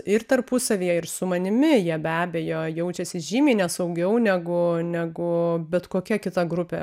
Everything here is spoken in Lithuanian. ir tarpusavyje ir su manimi jie be abejo jaučiasi žymiai ne saugiau negu negu bet kokia kita grupė